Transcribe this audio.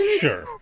sure